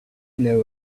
know